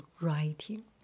writing